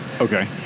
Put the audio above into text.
Okay